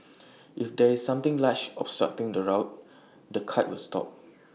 if there is something large obstructing the route the cart will stop